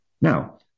Now